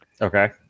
Okay